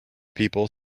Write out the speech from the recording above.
people